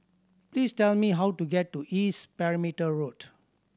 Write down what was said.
please tell me how to get to East Perimeter Road